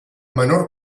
menor